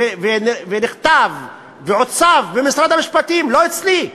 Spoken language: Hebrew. ונכתב ועוצב במשרד המשפטים, לא אצלי.